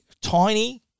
tiny